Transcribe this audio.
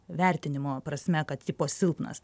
vertinimo prasme kad tipo silpnas